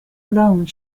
alone